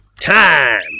Time